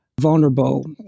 vulnerable